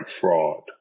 fraud